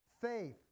faith